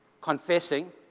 confessing